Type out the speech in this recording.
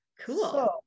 cool